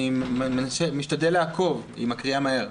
אני משתדל לעקוב אבל היא מקריאה מהר.